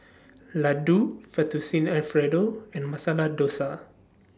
Ladoo Fettuccine Alfredo and Masala Dosa